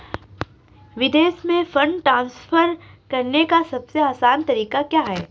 विदेश में fund transfer करने का सबसे आसान तरीका क्या है?